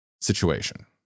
situation